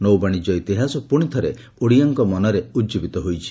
ନୌବାଣିଜ୍ୟ ଇତିହାସ ପୁଶିଥରେ ଓଡ଼ିଆଙ୍କ ମନରେ ଉଜିବିତ ହୋଇଛି